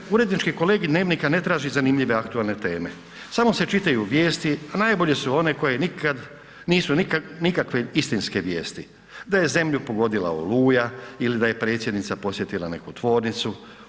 Kaže urednički kolegij „Dnevnika“ ne traži zanimljive aktualne teme, samo se čitaju vijesti, a najbolje su one koje nikakve istinske vijesti, da je zemlju pogodila oluja ili da je predsjednica posjetila neku tvornicu.